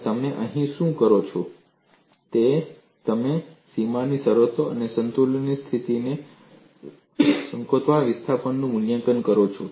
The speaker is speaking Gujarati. અને તમે અહીં શું કરો છો તે તમે સીમાની શરતો અને સંતુલનની સ્થિતિને સંતોષતા વિસ્થાપનોનું મૂલ્યાંકન કરો છો